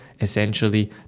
essentially